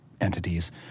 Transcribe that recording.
entities